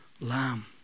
lamb